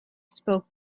spoke